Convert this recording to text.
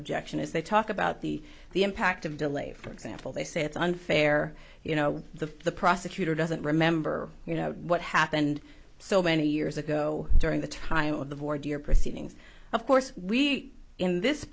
objection is they talk about the the impact of delay for example they say it's unfair you know the prosecutor doesn't remember you know what happened so many years ago during the time of the border proceedings of course we in this